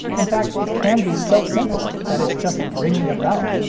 in fact it can be so simple that it's just ringing a bell.